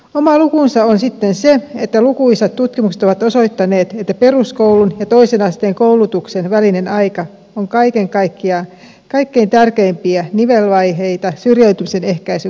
oma lukunsa on sitten se että lukuisat tutkimukset ovat osoittaneet että peruskoulun ja toisen asteen koulutuksen välinen aika on kaiken kaikkiaan kaikkein tärkeimpiä nivelvaiheita syrjäytymisen ehkäisyn kannalta